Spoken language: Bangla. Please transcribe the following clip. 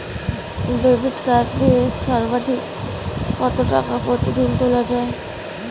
ডেবিট কার্ড দিয়ে সর্বাধিক কত টাকা প্রতিদিন তোলা য়ায়?